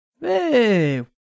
Hey